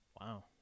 wow